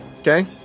Okay